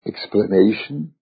explanation